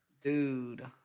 dude